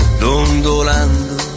dondolando